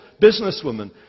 businesswoman